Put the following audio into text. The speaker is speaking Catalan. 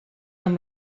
amb